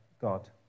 God